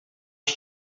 již